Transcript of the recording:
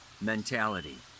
mentality